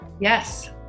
Yes